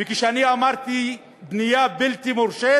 וכשאני אמרתי "בנייה בלתי מורשית"